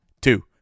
two